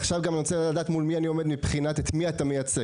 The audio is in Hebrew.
עכשיו אני גם רוצה לדעת מול מי אני עומד מבחינת את מי אתה מייצג.